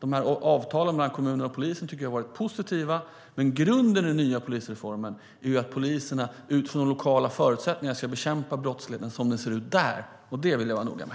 De här avtalen mellan kommuner och polisen tycker jag har varit positiva, men grunden i den nya polisreformen är att poliserna, utifrån lokala förutsättningar, ska bekämpa brottsligheten som den ser ut där, och det vill jag vara noga med.